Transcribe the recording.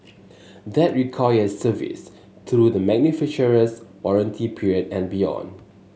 that requires service through the manufacturer's warranty period and beyond